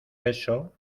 beso